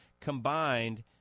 combined